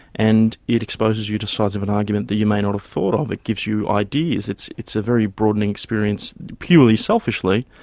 and it exposes you to sides of an argument that you may not have thought of, it gives you ideas. it's it's a very broadening experience, purely selfishly.